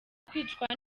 kwicwa